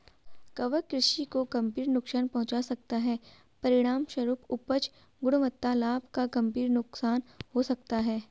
कवक कृषि को गंभीर नुकसान पहुंचा सकता है, परिणामस्वरूप उपज, गुणवत्ता, लाभ का गंभीर नुकसान हो सकता है